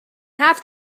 have